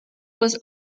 was